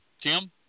Tim